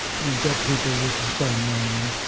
you get people with the same name. and